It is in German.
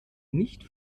nicht